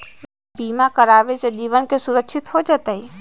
बीमा करावे से जीवन के सुरक्षित हो जतई?